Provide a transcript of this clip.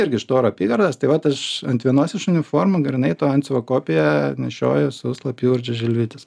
irgi iš tauro apygardos tai vat aš ant vienos iš uniformų grynai to antsiuvo kopiją nešioju su slapyvardžiu žilvitis